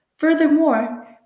Furthermore